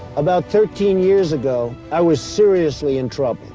about thirteen years ago, i was seriously in trouble.